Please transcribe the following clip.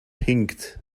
hinkt